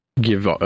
give